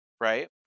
right